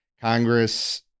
Congress